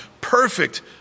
perfect